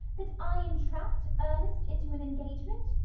that i entrapped ernest into an engagement?